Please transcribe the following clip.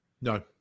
No